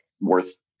worth